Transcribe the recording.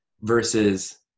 versus